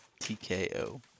TKO